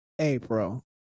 April